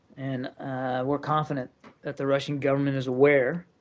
and we're confident that the russian government is aware